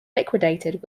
liquidated